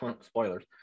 Spoilers